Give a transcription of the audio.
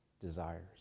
desires